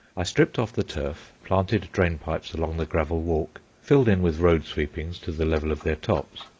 i stripped off the turf, planted drain-pipes along the gravel walk, filled in with road-sweepings to the level of their tops,